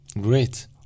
great